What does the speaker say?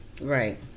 Right